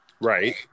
Right